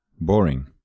boring